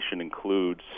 includes